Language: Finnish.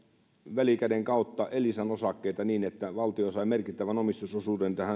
välikäden kautta elisan osakkeita niin että valtio sai merkittävän omistusosuuden tähän